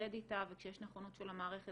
ולהתמודד איתה וכשיש נכונות של המערכת